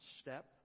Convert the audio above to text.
step